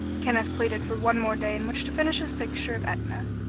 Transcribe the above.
kenneth pleaded for one more day in which to finish his picture of etna,